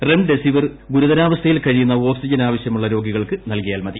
remdesivir ഗുരുതരാവസ്ഥയിൽ കഴിയുന്ന oxygen ആവശ്യമുള്ള രോഗികൾക്ക് നൽകിയാൽ മതി